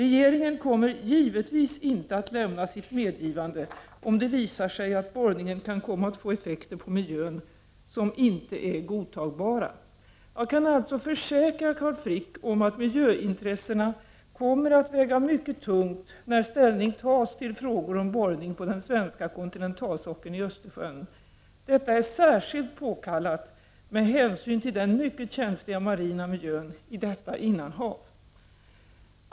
Regeringen kommer gi vetvis inte att lämna sitt medgivande om det visar sig att borrningen kan komma att få effekter på miljön som inte är godtagbara. Jag kan alltså försäkra Carl Frick om att miljöintressena kommer att väga mycket tungt när ställning tas till frågor om borrning på den svenska kontinentalsockeln i Östersjön. Detta är särskilt påkallat med hänsyn till den mycket känsliga marina miljön i detta innanhav.